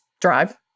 drive